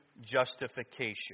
justification